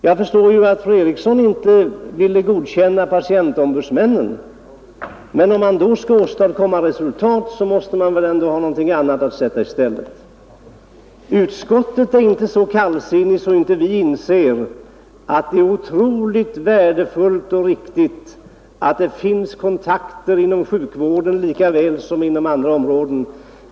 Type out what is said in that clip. Jag förstår ju att fru Eriksson inte ville godkänna patientombudsmännen, men om man skall åstadkomma några resultat som fru Eriksson önskar måste man i så fall ha något annat att sätta i stället. Vi är inte så kallsinniga inom utskottet att vi inte inser att det är oerhört värdefullt och riktigt att det finns kontaktmöjligheter inom sjukvården lika väl som inom andra områden.